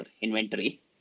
inventory